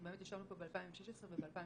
אנחנו באמת ישבנו פה ב-2016 וב-2017